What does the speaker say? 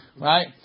right